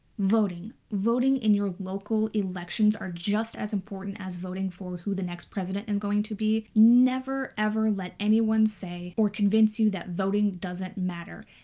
voting. voting in your local elections are just as important as voting for who the next president is and going to be. never ever let anyone say or convince you that voting doesn't matter.